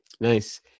Nice